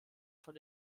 von